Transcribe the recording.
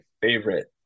favorite